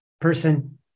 person